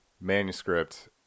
manuscript